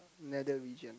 nether region